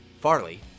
Farley